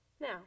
Now